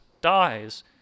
dies